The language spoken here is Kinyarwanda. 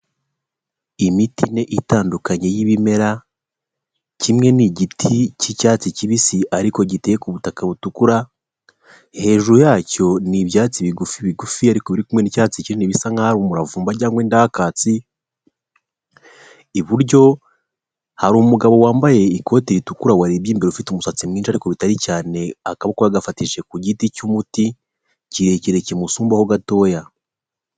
Imiti ine itandukanye y'ibimera kimwe n’igiti cy'icyatsi kibisi ariko giteye ku ubutaka butukura hejuru yacyo ni ibyatsi bigufi bigufiya ariko n'icyatsi kinini bisa nkaho ari umuravumba cyangwa indakatsi iburyo hari umugabo wambaye ikote ritukura warebye imbere ufite umusatsi mwinshi ariko bitari cyane akaboko yagafatishije ku giti cy'umuti kirekire kimusumbaho gatoya.